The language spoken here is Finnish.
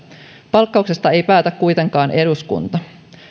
palkkauksesta ei päätä kuitenkaan eduskunta